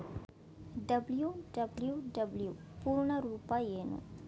WWW ಪೂರ್ಣ ರೂಪ ಏನು?